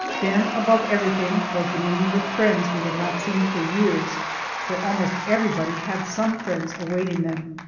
then, above everything, was the meeting with friends we had not seen for years for almost everybody had some friends awaiting them.